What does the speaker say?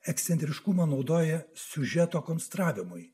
ekscentriškumą naudoja siužeto konstravimui